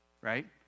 right